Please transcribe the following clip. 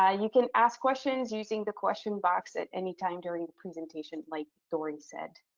ah you can ask questions using the question box at any time during the presentation like dory said.